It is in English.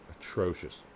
atrocious